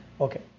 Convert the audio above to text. Okay